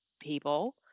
people